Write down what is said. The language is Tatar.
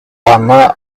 аны